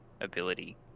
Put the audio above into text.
ability